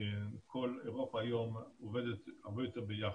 כל אירופה היום עובדת הרבה יותר ביחד.